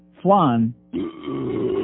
Flan